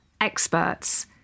experts